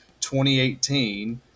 2018